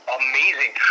amazing